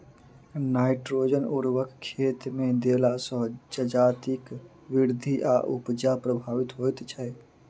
nitrogen उर्वरक खेतमे देला सॅ जजातिक वृद्धि आ उपजा प्रभावित होइत छै